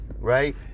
right